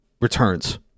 returns